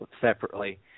separately